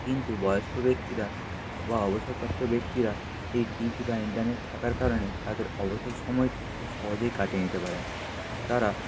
কিন্তু বয়স্ক ব্যক্তিরা বা অবসরপ্রাপ্ত ব্যক্তিরা এই টিভি বা ইন্টারনেট থাকার কারণে তাদের অবসর সময়টি খুব সহজেই কাটিয়ে নিতে পারেন তারা